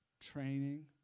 Training